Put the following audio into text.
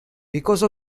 because